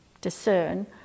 discern